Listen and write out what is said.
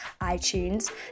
iTunes